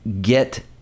Get